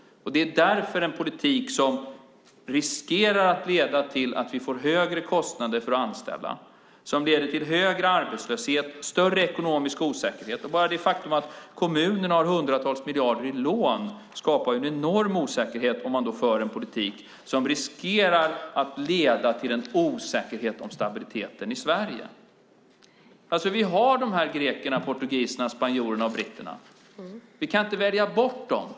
Det är därför en politik som riskerar att leda till att vi får högre kostnader för att anställa, som leder till högre arbetslöshet och större ekonomisk osäkerhet. Bara det faktum att kommunerna har hundratals miljarder i lån skapar en enorm osäkerhet om man för en politik som riskerar att leda till en osäkerhet om stabiliteten i Sverige. Vi har grekerna, portugiserna, spanjorerna och britterna. Vi kan inte välja bort dem.